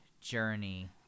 journey